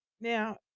Now